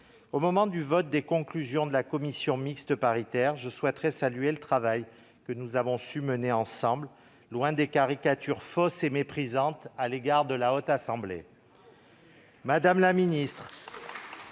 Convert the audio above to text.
au moment du vote des conclusions de la commission mixte paritaire, je souhaite saluer le travail que nous avons su mener ensemble, loin des caricatures fausses et méprisantes à l'égard de la Haute Assemblée. Très bien